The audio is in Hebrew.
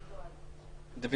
דוד